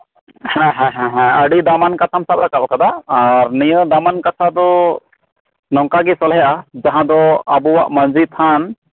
ᱦᱮᱸ ᱦᱮᱸ ᱟᱹᱰᱤ ᱫᱟᱢᱟᱱ ᱠᱟᱛᱷᱟᱢ ᱥᱟᱵ ᱨᱟᱠᱟᱵ ᱟᱠᱟᱫᱟ ᱟᱨ ᱱᱤᱭᱟᱹ ᱫᱟᱢᱟᱱ ᱠᱟᱛᱷᱟ ᱫᱚ ᱱᱚᱝᱠᱟᱜᱤ ᱥᱚᱞᱦᱮᱜᱼᱟ ᱡᱟᱦᱟᱸ ᱫᱚ ᱟᱵᱩᱣᱟᱜ ᱢᱟᱺᱡᱷᱤ ᱛᱷᱟᱱ